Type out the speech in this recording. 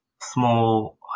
small